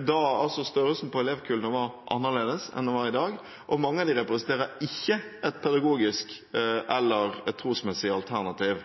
da størrelsen på elevkullene var annerledes enn i dag, og mange av dem representerer ikke et pedagogisk eller trosmessig alternativ.